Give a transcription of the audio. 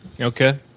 Okay